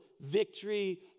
victory